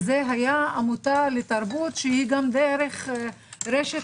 זו היתה עמותה לתרבות שהיא גם דרך רשת